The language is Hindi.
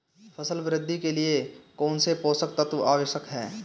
फसल वृद्धि के लिए कौनसे पोषक तत्व आवश्यक हैं?